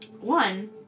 one